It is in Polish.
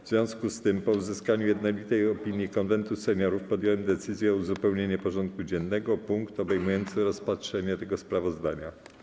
W związku z tym, po uzyskaniu jednolitej opinii Konwentu Seniorów, podjąłem decyzję o uzupełnienie porządku dziennego o punkt obejmujący rozpatrzenie tego sprawozdania.